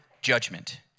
judgment